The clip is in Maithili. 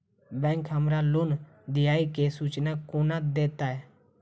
बैंक हमरा लोन देय केँ सूचना कोना देतय?